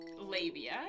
labia